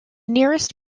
nearest